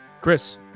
Chris